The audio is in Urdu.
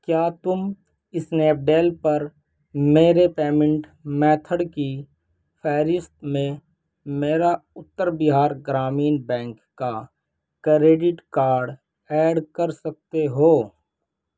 کیا تم اسنیپ ڈیل پر میرے پیمینٹ میتھڈ کی فہرست میں میرا اتر بہار گرامین بینک کا کریڈٹ کارڈ ایڈ کر سکتے ہو